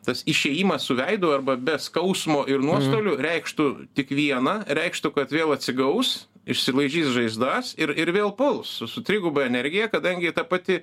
tas išėjimas su veidu arba be skausmo ir nuostolių reikštų tik viena reikštų kad vėl atsigaus išsilaižys žaizdas ir ir vėl puls su triguba energija kadangi ta pati